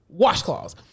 washcloths